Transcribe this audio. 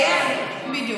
היה שיח, ערוץ תעמולה, בדיוק.